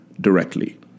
directly